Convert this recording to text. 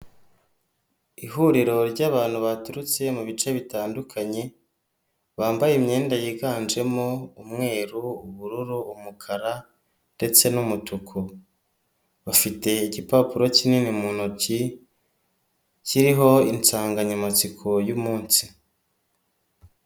Ihuriro ryabantu baturutse mu bice bitandukanye, bambaye imyenda yiganjemo umweru, ubururu, umukara ndetse n'umutuku. Bafite igipapuro kinini mu ntoki kiriho insanganyamatsiko y'umunsi.